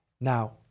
Now